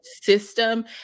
system